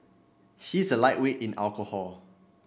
he is a lightweight in alcohol